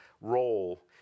role